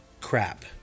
crap